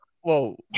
Whoa